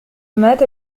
مات